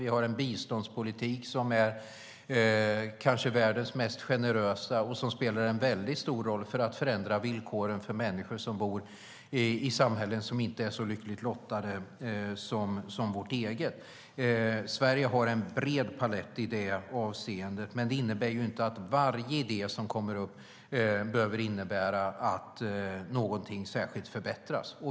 Vi har en biståndspolitik som är kanske världens mest generösa och som spelar stor roll för att förändra villkoren för människor som bor i samhällen som inte är så lyckligt lottade som vårt eget. Sverige har en bred palett i det avseendet, men det innebär inte att varje idé som kommer upp behöver innebära att någonting särskilt förbättras.